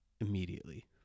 immediately